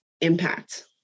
impact